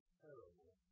terrible